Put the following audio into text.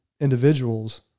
individuals